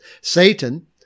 Satan